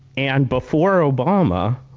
and before obama,